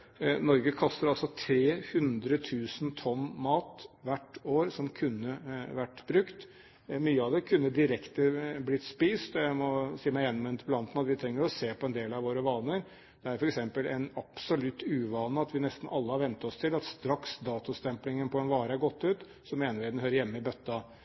Norge kaster altså 300 000 tonn mat hvert år, som kunne vært brukt. Mye av det kunne blitt spist, og jeg må si meg enig med interpellanten i at vi trenger å se på en del av våre vaner. Det er f.eks. absolutt en uvane at vi nesten alle har vent oss til at straks datostemplingen på en vare er gått ut, hører den hjemme i